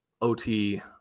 OT